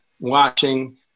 watching